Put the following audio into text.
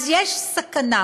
אז יש סכנה,